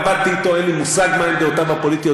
עבדתי אתו ואין לי מושג מהן דעותיו הפוליטיות,